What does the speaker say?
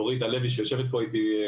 אורית הלוי שיושבת פה איתי,